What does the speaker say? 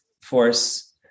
force